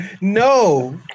No